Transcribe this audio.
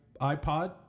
iPod